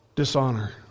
dishonor